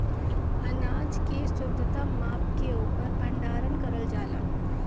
अनाज के शुद्धता माप के ओकर भण्डारन करल जाला